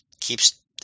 keeps